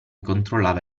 controllava